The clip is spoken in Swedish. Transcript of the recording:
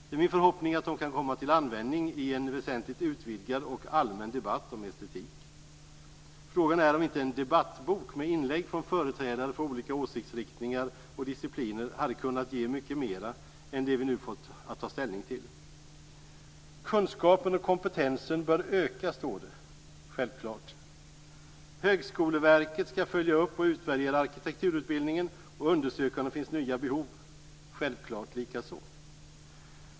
Det är min förhoppning att de kan komma till användning i en väsentligt utvidgad och allmän debatt om estetik. Frågan är om inte en debattbok med inlägg från företrädare för olika åsiktsriktningar och discipliner hade kunnat ge mycket mera än det som vi nu ha fått att ta ställning till. Kunskapen och kompetensen bör öka, står det. Självklart! Högskoleverket skall följa upp och utvärdera arkitekturutbildningen och undersöka om det finns nya behov. Självklart likaså!